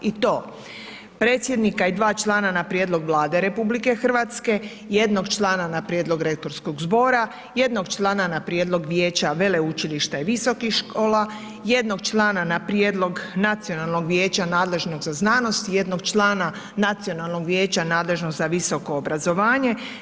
I to predsjednika i 2 člana na prijedlog vlade RH, jednog člana na prijedlog rektorskog zbora, jednog člana na prijedlog vijeća, veleučilišta i visokih škola, jednog člana na prijedlog Nacionalnog vijeća nadležnog za znanosti, jednog člana Nacionalnog vijeća nadležnog za visoko obrazovanje.